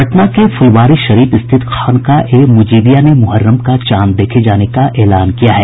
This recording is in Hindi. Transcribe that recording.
पटना के फुलवारीशरीफ स्थित खानकाह ए मुजिबिया ने मुहर्रम का चांद देखे जाने का एलान किया है